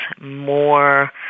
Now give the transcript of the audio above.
more